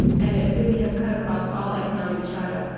and it really has cut across all economic strata.